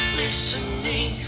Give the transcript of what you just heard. listening